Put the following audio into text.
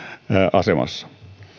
asemassa